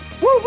Woo